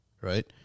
right